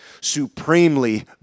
supremely